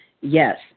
Yes